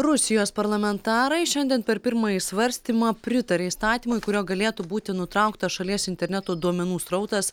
rusijos parlamentarai šiandien per pirmąjį svarstymą pritarė įstatymui kuriuo galėtų būti nutrauktas šalies interneto duomenų srautas